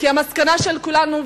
כי המסקנה של כולנו,